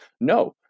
no